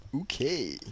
Okay